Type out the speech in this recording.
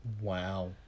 Wow